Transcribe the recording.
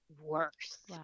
worse